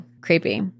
creepy